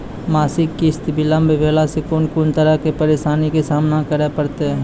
मासिक किस्त बिलम्ब भेलासॅ कून कून तरहक परेशानीक सामना करे परतै?